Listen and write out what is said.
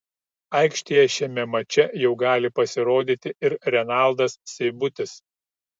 aikštėje šiame mače jau gali pasirodyti ir renaldas seibutis